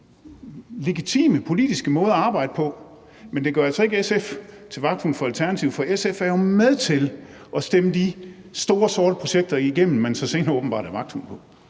legitime politiske måder at arbejde på, men det gør altså ikke SF til vagthund for Alternativet, for SF er jo med til at stemme de store sorte projekter igennem, man så senere åbenbart er vagthund